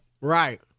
Right